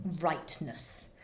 rightness